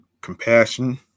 compassion